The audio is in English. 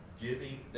giving